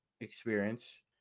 experience